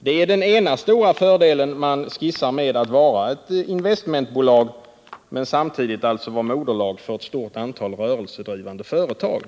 Det är den ena stora fördelen man skisserar med att vara investmentbolag men samtidigt vara moderbolag för ett stort antal rörelsedrivande företag.